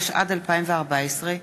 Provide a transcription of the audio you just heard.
התשע"ד 2014,